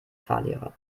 fahrlehrer